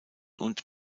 und